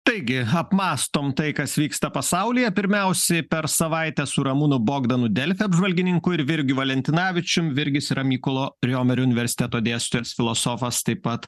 taigi apmąstom tai kas vyksta pasaulyje pirmiausiai per savaitę su ramūnu bogdanu delfi apžvalgininku ir virgiu valentinavičium virgis yra mykolo riomerio universiteto dėstytojas filosofas taip pat